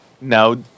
Now